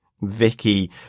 Vicky